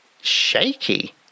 shaky